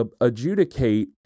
adjudicate